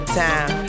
time